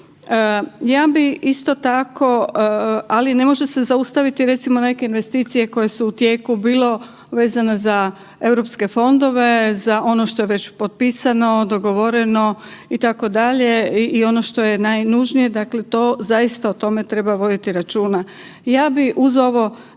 Ja bi isto tako, ali ne može se zaustaviti recimo neke investicije koje su u tijeku, bilo vezano za Europske fondove, za ono što je već potpisano, dogovoreno itd., i ono što je najnužnije. Dakle, to zaista o tome treba voditi računa. Ja bi uz ovo